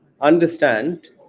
understand